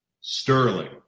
Sterling